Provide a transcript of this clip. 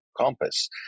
compass